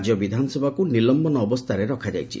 ରାଜ୍ୟ ବିଧାନସଭାକୁ ନିଲମ୍ବନ ଅବସ୍ଥାରେ ରଖାଯାଇଛି